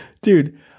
Dude